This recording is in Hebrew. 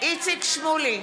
איציק שמולי,